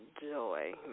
joy